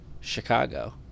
Chicago